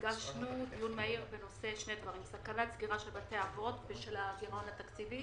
הגשנו דיון מהיר בנושא של סכנת סגירה של בתי האבות בשל הגירעון התקציבי